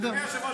אדוני היושב-ראש,